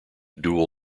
dual